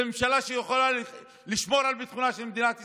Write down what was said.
זו ממשלה שיכולה לשמור על ביטחונה של מדינת ישראל?